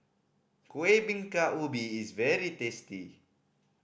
Kueh Bingka Ubi is very tasty